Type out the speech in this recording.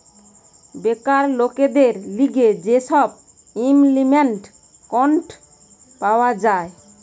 বেকার লোকদের লিগে যে সব ইমল্পিমেন্ট এক্ট পাওয়া যায়